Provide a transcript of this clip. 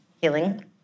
healing